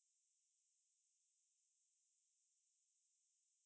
like just tell just open your mouth and tell